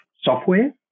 software